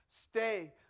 Stay